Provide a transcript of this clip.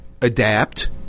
adapt